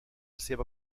seva